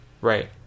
Right